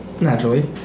Naturally